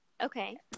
Okay